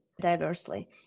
diversely